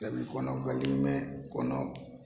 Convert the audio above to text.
कभी कोनो गलीमे कोनो